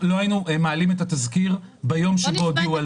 היינו מעלים את התזכיר ביום שבו הודיעו על זה.